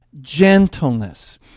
gentleness